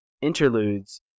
interludes